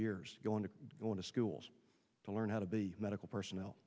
years go on to go into schools to learn how to be medical personnel